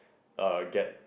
a gap